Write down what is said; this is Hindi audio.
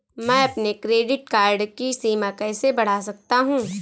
मैं अपने क्रेडिट कार्ड की सीमा कैसे बढ़ा सकता हूँ?